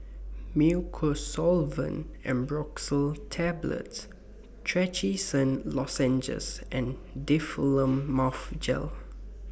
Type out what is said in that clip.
Mucosolvan Ambroxol Tablets Trachisan Lozenges and Difflam Mouth Gel